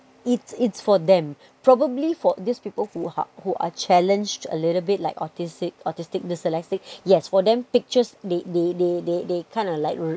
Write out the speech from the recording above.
it's it's for them probably for these people who are who are challenged a little bit like autistic autistic dyslexic yes for them pictures they they they they they kind of like